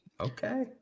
Okay